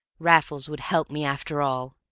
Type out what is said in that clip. raffles would help me after all!